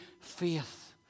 faith